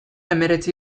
hemeretzi